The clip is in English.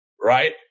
right